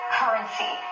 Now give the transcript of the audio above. currency